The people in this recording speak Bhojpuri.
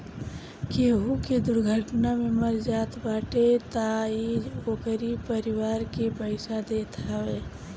केहू के दुर्घटना में मर जात बाटे तअ इ ओकरी परिवार के पईसा देत हवे